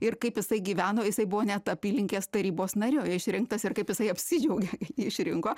ir kaip jisai gyveno jisai buvo net apylinkės tarybos nariu išrinktas ir kaip jisai apsidžiaugė išrinko